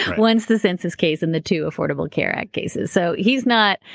once the census case, and the two affordable care act cases. so he's not.